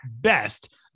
best